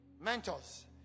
mentors